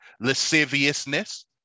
lasciviousness